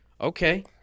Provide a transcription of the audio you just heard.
okay